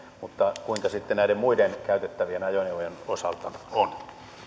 mutta kuinka sitten näiden muiden käytettävien ajoneuvojen osalta on